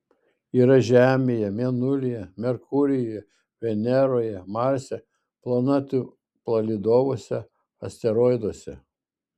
yra žemėje mėnulyje merkurijuje veneroje marse planetų palydovuose asteroiduose